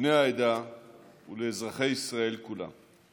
לבני העדה ולאזרחי ישראל כולם.